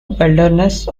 wilderness